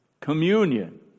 Communion